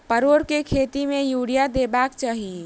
परोर केँ खेत मे यूरिया देबाक चही?